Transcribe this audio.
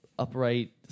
Upright